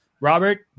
Robert